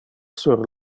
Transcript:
sur